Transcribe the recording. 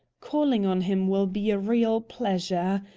calling on him will be a real pleasure.